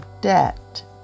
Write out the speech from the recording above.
debt